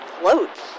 floats